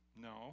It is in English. No